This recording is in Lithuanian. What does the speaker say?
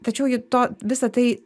tačiau į to visą tai